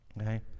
Okay